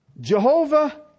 Jehovah